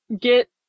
get